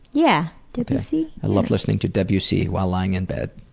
yeah. debussy. i love listening to debussy while lying in bed.